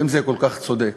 אם זה כל כך צודק,